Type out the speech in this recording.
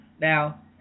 Now